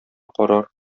карар